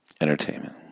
entertainment